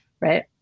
Right